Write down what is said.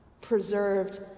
preserved